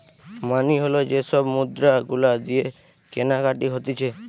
মানি হল যে সব মুদ্রা গুলা দিয়ে কেনাকাটি হতিছে